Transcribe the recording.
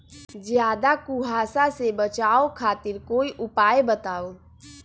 ज्यादा कुहासा से बचाव खातिर कोई उपाय बताऊ?